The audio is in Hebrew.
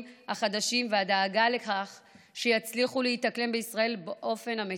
החדשים והדאגה לכך שיצליחו להתאקלם בישראל באופן המיטבי.